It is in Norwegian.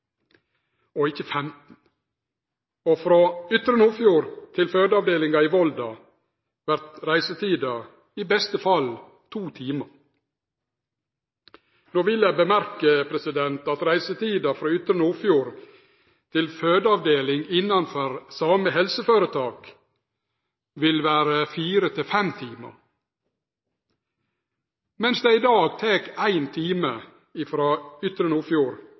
ikkje 15 minutt, og frå ytre Nordfjord til fødeavdelinga i Volda vert reisetida i beste fall to timar. No vil eg seie at reisetida frå ytre Nordfjord til fødeavdeling innanfor same helseføretak vil vere fire–fem timar, mens det i dag tek ein time frå ytre Nordfjord